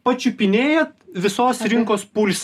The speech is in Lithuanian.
pačiupinėjat visos rinkos pulsą